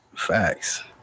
Facts